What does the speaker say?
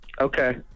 Okay